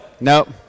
Nope